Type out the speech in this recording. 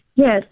Yes